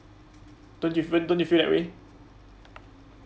don't you feel don't you feel that way